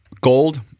gold